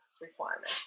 requirement